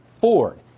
Ford